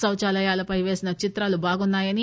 శౌచాలయాలపై పేసిన చిత్రాలు బాగున్నా యని